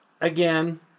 again